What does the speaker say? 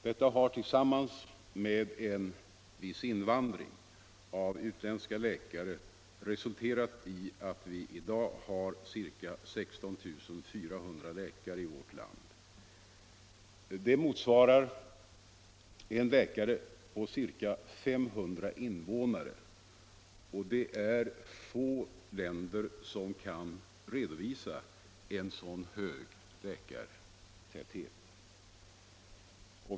Detta har tillsammans med en viss invandring av utländska läkare resulterat i att vi i dag har ca 16 400 läkare i vårt land. Det motsvarar en läkare på ca 500 invånare, och det är få länder som kan redovisa en så hög läkartäthet.